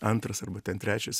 antras arba ten trečias